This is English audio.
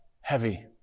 Heavy